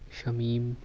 Shamim